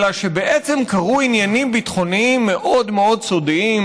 אלא שבעצם קרו עניינים ביטחוניים מאוד מאוד סודיים